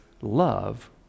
love